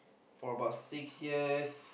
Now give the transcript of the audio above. for about six years